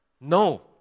No